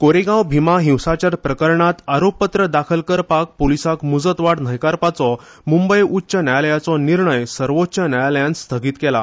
कोरेगांव भीमा हिंसाचार प्रकरणांत आरोपपत्र दाखल करपाक पुलिसांक मुजतवाड न्हयकारपाचो मुंबय उच्च न्यायालयाचो निर्णय सर्वोच्च न्यायालयान स्थगीत केला